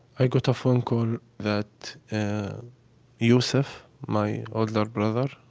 i got a phone call that yusef, my older brother,